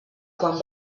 quan